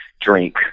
drink